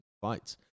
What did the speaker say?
fights